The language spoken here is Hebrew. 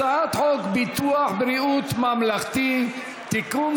הצעת חוק ביטוח בריאות ממלכתי (תיקון,